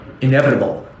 inevitable